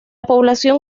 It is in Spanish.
población